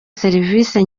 serivisi